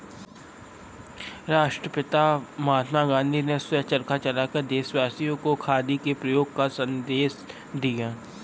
राष्ट्रपिता महात्मा गांधी ने स्वयं चरखा चलाकर देशवासियों को खादी के प्रयोग का संदेश दिया